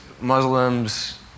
Muslims